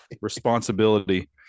responsibility